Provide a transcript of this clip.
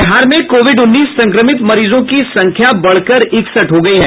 बिहार में कोविड उन्नीस संक्रमित मरीजों की संख्या बढ़कर इकसठ हो गयी है